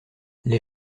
les